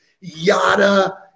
Yada